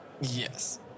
Yes